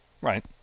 Right